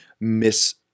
miss